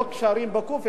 לא קשרים בקו"ף,